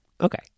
Okay